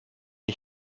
ich